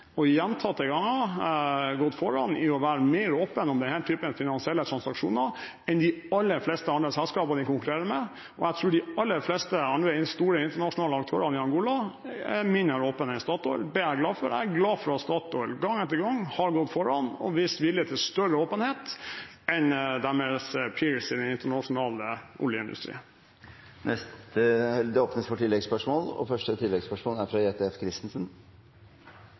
i å være mer åpen om denne type finansielle transaksjoner enn de aller fleste selskaper de konkurrerer med. Jeg tror de aller fleste andre store, internasjonale aktører i Angola er mindre åpne enn Statoil. Det er jeg glad for. Jeg er også glad for at Statoil gang etter gang har gått foran og vist vilje til større åpenhet enn deres «peers» i den internasjonale oljeindustrien. Det åpnes for oppfølgingsspørsmål – først Jette F. Christensen. Nå er